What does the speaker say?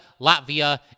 Latvia